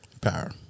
Power